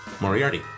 Moriarty